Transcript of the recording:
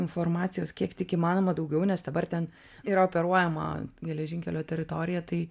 informacijos kiek tik įmanoma daugiau nes dabar ten yra operuojama geležinkelio teritorija tai